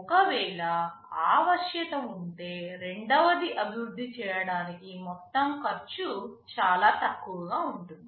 ఒకవేళ ఆ వశ్యత ఉంటే రెండవది అభివృద్ధి చేయడానికి మొత్తం ఖర్చు చాలా తక్కువగా ఉంటుంది